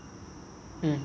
okay